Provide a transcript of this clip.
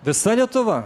visa lietuva